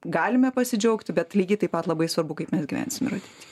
galime pasidžiaugti bet lygiai taip pat labai svarbu kaip mes gyvensim ir ateity